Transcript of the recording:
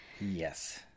Yes